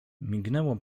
mignęło